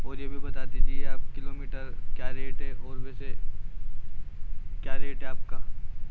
اور یہ بھی بتا دیجیے آپ کلو میٹر کیا ریٹ ہے اور ویسے کیا ریٹ ہے آپ کا